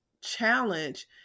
challenge